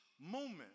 moment